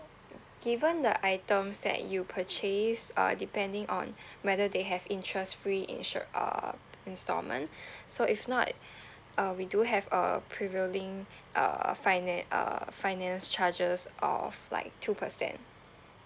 given the items that you purchase uh depending on whether they have interest free insur~ uh instalment so if not uh we do have a prevailing uh finan~ uh finance charges of like two percent